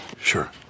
Sure